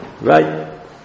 Right